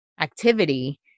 activity